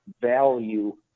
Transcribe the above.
value